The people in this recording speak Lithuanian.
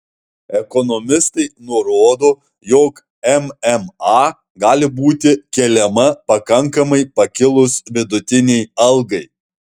ekonomistai nurodo jog mma gali būti keliama pakankamai pakilus vidutinei algai